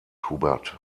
hubert